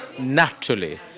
naturally